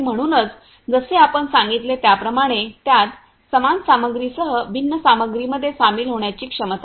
म्हणूनच जसे आपण सांगितले त्याप्रमाणे त्यात समान सामग्रीसह भिन्न सामग्रीमध्ये सामील होण्याची क्षमता आहे